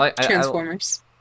Transformers